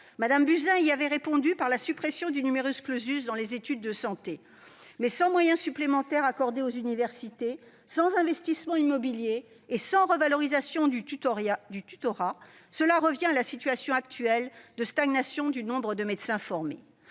Mme Buzyn y avait répondu par la suppression du dans les études de santé. Mais sans moyens supplémentaires accordés aux universités, sans investissements immobiliers et sans revalorisation du tutorat, cela revient à la situation actuelle de stagnation du nombre de médecins formés.